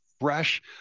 fresh